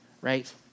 right